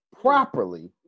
properly